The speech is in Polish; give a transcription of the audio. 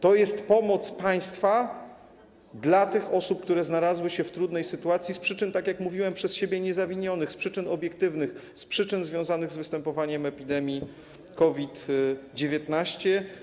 To jest pomoc państwa dla tych osób, które znalazły się w trudnej sytuacji z przyczyn, tak jak mówiłem, od siebie niezawinionych, z przyczyn obiektywnych, z przyczyn związanych z występowaniem epidemii COVID-19.